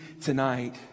tonight